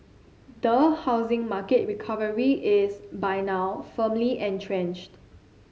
the housing market recovery is by now firmly entrenched